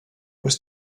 was